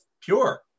pure